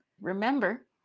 Remember